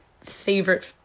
favorite